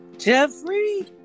Jeffrey